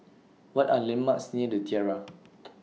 What Are landmarks near The Tiara